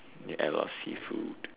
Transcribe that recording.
you add a lot of seafood